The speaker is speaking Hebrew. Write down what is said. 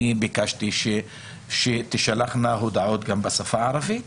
אני ביקשתי שתישלחנה הודעות גם בשפה הערבית,